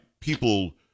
People